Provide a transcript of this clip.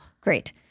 Great